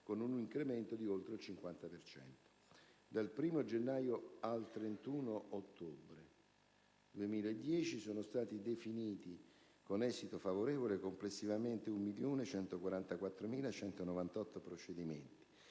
con un incremento di oltre il 50 per cento. Dal 1° gennaio al 31 ottobre 2010 sono stati definiti con esito favorevole complessivamente 1.144.198 procedimenti